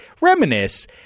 Reminisce